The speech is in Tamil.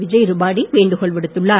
விஜய் ருபானி வேண்டுகோள் விடுத்துள்ளார்